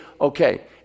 okay